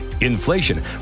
inflation